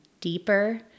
deeper